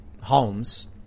homes